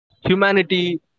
Humanity